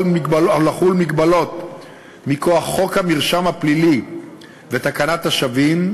מגבלות מכוח חוק המרשם הפלילי ותקנת השבים,